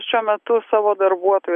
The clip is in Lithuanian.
šiuo metu savo darbuotojų